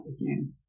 again